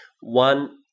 one